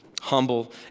humble